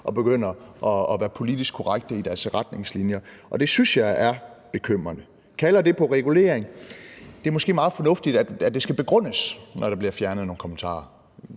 og begynder at være politisk korrekte i deres retningslinjer, og det synes jeg er bekymrende. Kalder det på regulering? Det er måske meget fornuftigt, at det skal begrundes, når der bliver fjernet nogle kommentarer.